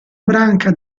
branca